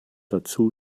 dazu